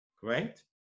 Great